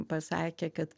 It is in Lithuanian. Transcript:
pasakė kad